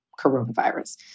coronavirus